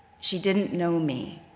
she didn't know me,